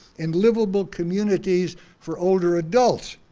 and livable communities for older adults.